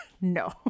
No